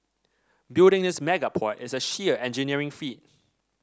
building this mega port is a sheer engineering feat